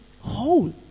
whole